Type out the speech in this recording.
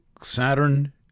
Saturn